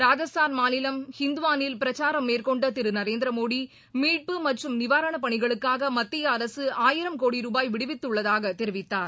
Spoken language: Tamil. ராஜஸ்தான் மாநிலம் ஹிந்துவாளில் பிரசாரம் மேற்கொண்டதிருநரேந்திரமோடி மீட்பு மற்றும் நிவாரணப்பணிகளுக்காகமத்திய அரசு ஆயிரம் கோடி ரூபாய் விடுவித்துள்ளதாகதெரிவித்தார்